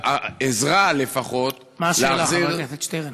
בעזרה לפחות, להחזיר, מה השאלה, חבר הכנסת שטרן?